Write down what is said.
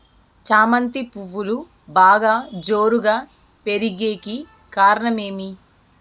చామంతి పువ్వులు బాగా జోరుగా పెరిగేకి కారణం ఏమి?